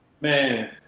Man